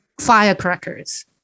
firecrackers